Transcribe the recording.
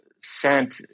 sent